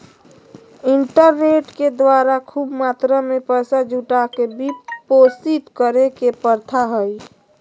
internet के द्वारा खूब मात्रा में पैसा जुटा के वित्त पोषित करे के प्रथा हइ